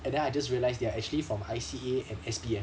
and then I just realise they are actually from I_C_A and S_B_M